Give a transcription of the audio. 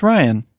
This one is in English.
Ryan